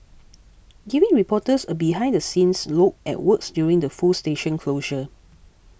giving reporters a behind the scenes look at works during the full station closure